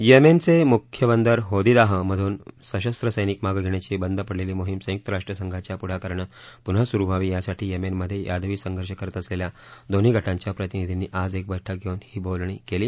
यमेनचे मुख्य बंदर होदीदाह मधून सशस्त्र सैनिक मागे घेण्याची बंद पडलेली मोहीम संयुक्त राष्ट्रसंघांच्या पुढाकारानं पुन्हा सुरु व्हावी यासाठी येमेनमध्ये यादवी संघर्ष करत असलेल्या दोन्ही गटाच्या प्रतिनिधींनी आज एक बैठक धेऊन बोलणी केली